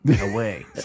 away